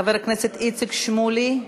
חבר הכנסת איציק שמולי,